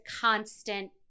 constant